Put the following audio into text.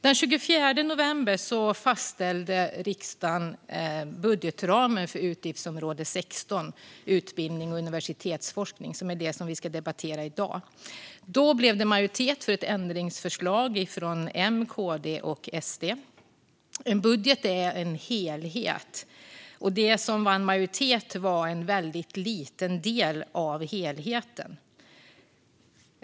Den 24 november fastställde riksdagen budgetramen för utgiftsområde 16 Utbildning och universitetsforskning, som är det som vi ska debattera i dag. Då blev det majoritet för ett ändringsförslag från M, KD och SD. En budget är en helhet, och det som vann majoritet var en väldigt liten del av helheten.